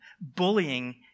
Bullying